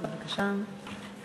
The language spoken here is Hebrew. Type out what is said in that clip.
בבקשה.